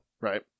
right